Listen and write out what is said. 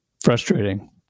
frustrating